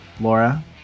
Laura